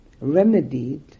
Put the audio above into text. remedied